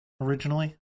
originally